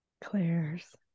claire's